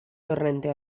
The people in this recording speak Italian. torrente